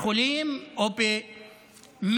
בחולים או במטופלים.